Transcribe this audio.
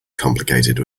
complicated